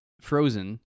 frozen